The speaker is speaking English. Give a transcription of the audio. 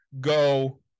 go